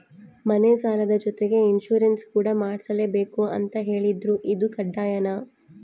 ಮನೆ ಸಾಲದ ಜೊತೆಗೆ ಇನ್ಸುರೆನ್ಸ್ ಕೂಡ ಮಾಡ್ಸಲೇಬೇಕು ಅಂತ ಹೇಳಿದ್ರು ಇದು ಕಡ್ಡಾಯನಾ?